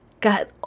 got